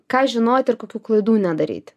ką žinoti ir kokių klaidų nedaryti